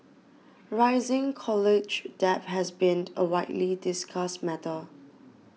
rising college debt has been a widely discussed matter